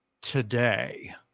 today